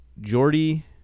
Jordy